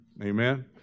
Amen